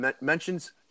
mentions